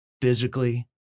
physically